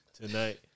tonight